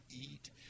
eat